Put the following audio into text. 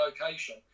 location